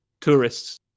tourists